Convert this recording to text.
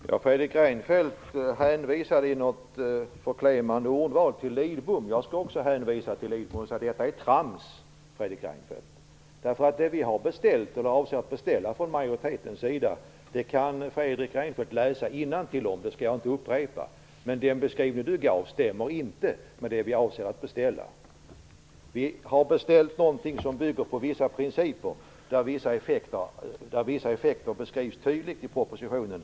Herr talman! Fredrik Reinfeldt hänvisade i något förklenande ordalag till Carl Lidbom. Jag skall också hänvisa till Lidbom och säga att detta är trams! Beträffande det vi från majoritetens sida avser att beställa kan Fredrik Reinfeld läsa innantill, det skall jag inte upprepa. Den beskrivning Fredrik Reinfeldt gav stämmer inte med det vi avser att beställa. Vi har beställt någonting som bygger på vissa principer, där vissa effekter beskrivs tydligt i propositionen.